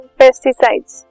pesticides